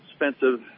expensive